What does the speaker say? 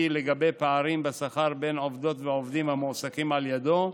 על פערים בשכר בין עובדות לעובדים המועסקים על ידו,